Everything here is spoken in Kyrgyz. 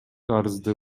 арызды